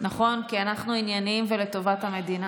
התשפ"ב 2022, נתקבלה.